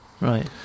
Right